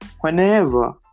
whenever